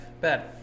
Bad